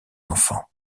enfants